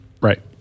Right